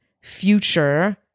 future